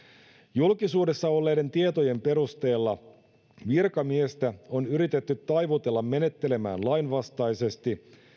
julkisuudessa olleiden tietojen perusteella virkamiestä on yritetty taivutella menettelemään lainvastaisesti